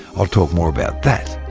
i'll talk more about that,